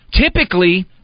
Typically